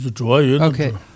okay